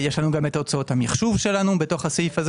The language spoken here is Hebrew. יש לנו הוצאות גם המחשוב בסעיף הזה